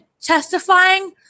testifying